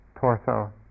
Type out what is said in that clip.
torso